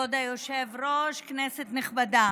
כבוד היושב-ראש, כנסת נכבדה,